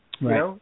Right